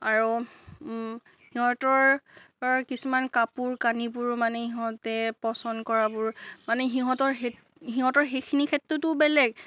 আৰু সিহঁতৰ কিছুমান কাপোৰ কানিবোৰো মানে ইহঁতে পচন্দ কৰাবোৰ মানে সিহঁতৰ সেই সিঁহতৰ সেইখিনি ক্ষেত্ৰটো বেলেগ